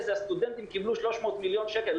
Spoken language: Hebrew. זה הסטודנטים קיבלו 300 מיליון שקל,